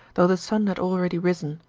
though the sun had already risen.